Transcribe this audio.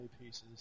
pieces